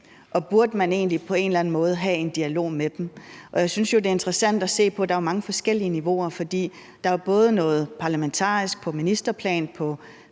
og om man egentlig på en eller anden måde burde have en dialog med dem. Og jeg synes, det er interessant at se på det. Der er jo mange forskellige niveauer, for der er både noget parlamentarisk på ministerplan, på